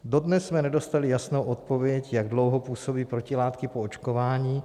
Dodnes jsme nedostali jasnou odpověď, jak dlouho působí protilátky po očkování.